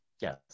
Yes